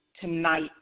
tonight